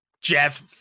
Jeff